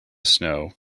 snow